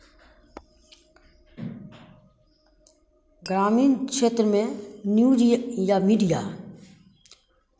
ग्रामीण क्षेत्र में न्यूज़ या मीडिया